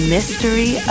Mystery